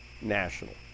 national